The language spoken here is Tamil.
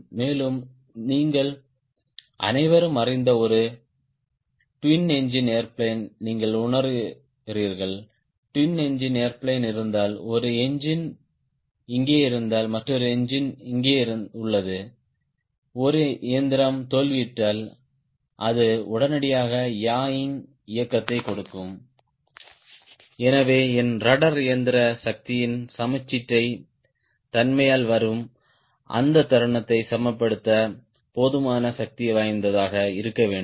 மேலும் நீங்கள் அனைவரும் அறிந்த ஒரு ட்வின் என்ஜின் ஏர்பிளேன் நீங்கள் உணருகிறீர்கள் ட்வின் என்ஜின் ஏர்பிளேன் இருந்தால் ஒரு என்ஜின் இங்கே இருந்தால் மற்றொரு இயந்திரம் இங்கே உள்ளது ஒரு இயந்திரம் தோல்வியுற்றால் அது உடனடியாக யாயிங் இயக்கத்தைக் கொடுக்கும் எனவே என் ரட்ட்ர் இயந்திர சக்தியின் சமச்சீரற்ற தன்மையால் வரும் அந்த தருணத்தை சமப்படுத்த போதுமான சக்திவாய்ந்ததாக இருக்க வேண்டும்